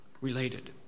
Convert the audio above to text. related